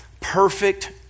perfect